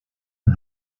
een